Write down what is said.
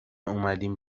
اومدیم